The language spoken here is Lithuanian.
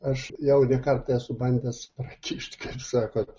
aš jau ne kartą esu bandęs prakišt kaip sakot